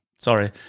Sorry